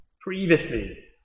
previously